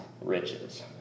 riches